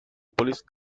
police